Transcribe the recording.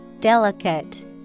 Delicate